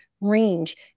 range